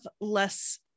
less